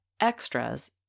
extras